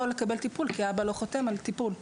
לקבל טיפול כי האבא לא חותם על טיפול.